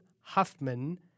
Huffman